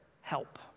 help